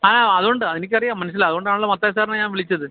ആ അതുകൊണ്ടാണ് എനിക്കറിയാം മനസ്സിലായി അതുകൊണ്ടാണല്ലോ മത്തായി സാറിനെ ഞാന് വിളിച്ചത്